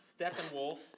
Steppenwolf